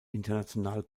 international